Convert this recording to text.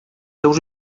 seus